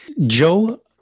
Joe